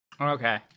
Okay